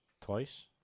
Twice